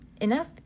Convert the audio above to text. enough